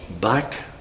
back